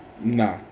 nah